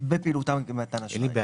קצרות שאנשים נוטלים מאותם נותני שירותי